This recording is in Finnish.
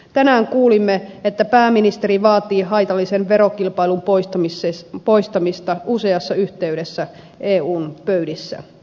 tänään kuulimme että pääministeri vaatii haitallisen verokilpailun poistamista useassa yhteydessä eun pöydissä